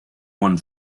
one